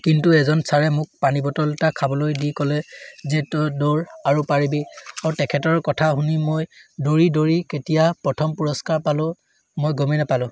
কিন্তু এজন ছাৰে মোক পানীবটল এটা খাবলৈ দি ক'লে যে তই দৌৰ আৰু পাৰিবি আৰু তেখেতৰ কথা শুনি মই দৌৰি দৌৰি কেতিয়া প্ৰথম পুৰস্কাৰ পালোঁ মই গমেই নোপালোঁ